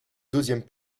deuxième